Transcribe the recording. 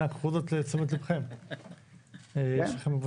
אנא קחו זאת לתשומת ליבכם.